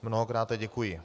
Mnohokráte děkuji.